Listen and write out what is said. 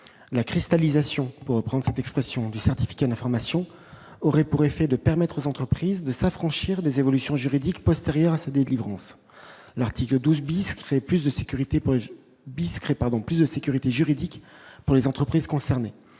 la cristallisation pour prendre cette expression du certificat d'information aurait pour effet de permettre aux entreprises de s'affranchir des évolutions juridiques postérieurs à sa délivrance : l'article 12 bis qui fait plus de sécurité pour Biskri pardon : plus